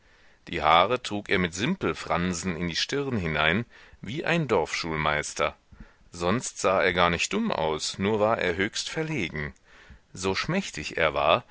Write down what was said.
die haare trug er mit simpelfransen in die stirn hinein wie ein dorfschulmeister sonst sah er gar nicht dumm aus nur war er höchst verlegen so schmächtig er war